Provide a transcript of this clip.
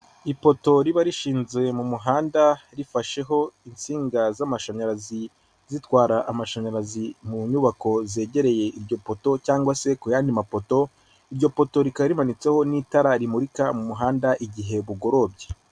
Ipoto riba rishinze mu muhanda rifasheho insinga z'amashanyarazi zitwara amashanyarazi mu nyubako zegereye iryo poto cyangwa se ku yandi mapoto, iryo poto ririka rimanitseho n'itara rimurika mu muhanda igihe bugorobye.